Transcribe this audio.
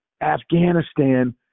Afghanistan